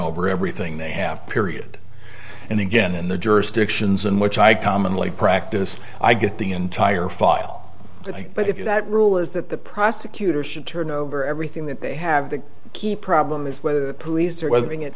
over everything they have period and again in the jurisdictions in which i commonly practice i get the entire file but if you that rule is that the prosecutor should turn over everything that they have the key problem is whether the police are weather